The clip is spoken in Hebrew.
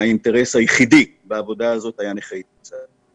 האינטרס היחיד בעבודה שלי היה נכי צה"ל.